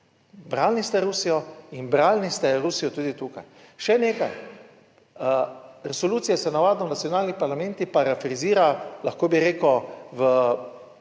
Branili ste Rusijo in branili ste Rusijo tudi tukaj. Še nekaj, resolucija se navadno v nacionalnih parlamentih parafrazira, lahko bi rekel,